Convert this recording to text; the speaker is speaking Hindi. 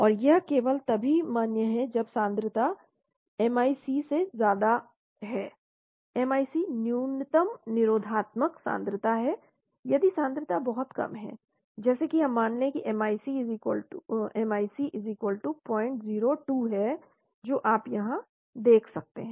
और यह केवल तभी मान्य है जब सांद्रता MIC MIC न्यूनतम निरोधात्मक सांद्रता है यदि सांद्रता बहुत कम है जैसे कि हम मान लें कि MIC 002 हैं जो आप यहाँ देख सकते हैं